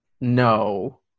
no